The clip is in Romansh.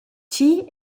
chi